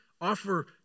offer